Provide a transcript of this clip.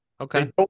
Okay